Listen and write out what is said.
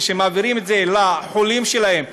שמעבירים לחולים שלהם,